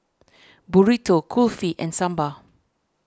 Burrito Kulfi and Sambar